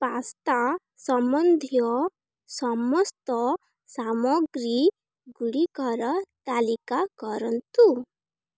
pasta ସମ୍ବନ୍ଧୀୟ ସମସ୍ତ ସାମଗ୍ରୀଗୁଡ଼ିକର ତାଲିକା କରନ୍ତୁ